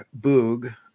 Boog